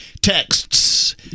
Texts